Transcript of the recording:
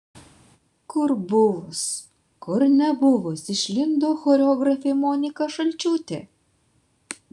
kur buvus kur nebuvus išlindo choreografė monika šalčiūtė